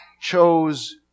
chose